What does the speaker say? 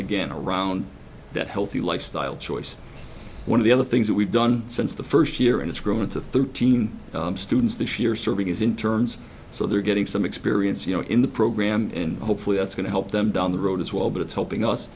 again around that healthy lifestyle choice one of the other things that we've done since the first year and it's grown to thirteen students this year serving is in terms so they're getting some experience you know in the program in hopefully that's going to help them down the road as well but it's helping us